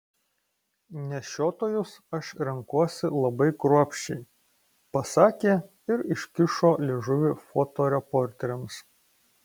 nešiotojus aš renkuosi labai kruopščiai pasakė ir iškišo liežuvį fotoreporteriams